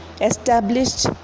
established